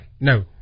no